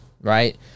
right